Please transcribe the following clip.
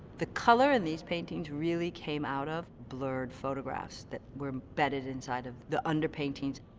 the color in these paintings really came out of blurred photographs that were embedded inside of the underpaintings.